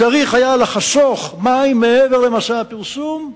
שצריך היה לחסוך מים, מעבר למסע הפרסום.